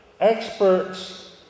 experts